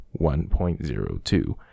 1.02